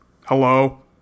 Hello